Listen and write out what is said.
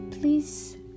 Please